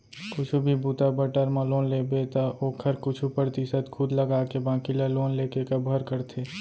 कुछु भी बूता बर टर्म लोन लेबे त ओखर कुछु परतिसत खुद लगाके बाकी ल लोन लेके कभर करथे